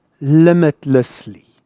Limitlessly